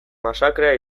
masakrea